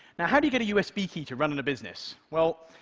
now how do you get a usb key to run in a business? well,